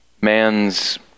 man's